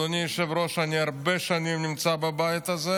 אדוני היושב-ראש, אני הרבה שנים נמצא בבית הזה,